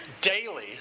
daily